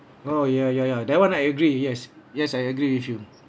oh ya ya ya that one I agree yes yes I agree with you